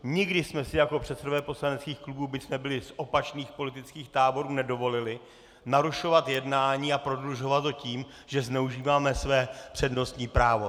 Nikdy jsme si jako předsedové poslaneckých klubů, byť jsme byli z opačných politických táborů, nedovolili narušovat jednání a prodlužovat ho tím, že zneužíváme své přednostní právo.